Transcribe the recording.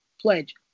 pledge